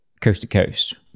coast-to-coast